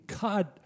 God